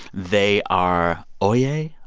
they are oyez, yeah